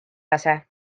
lase